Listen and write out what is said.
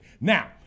now